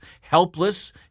helpless